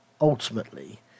ultimately